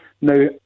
Now